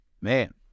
Man